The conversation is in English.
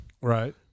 Right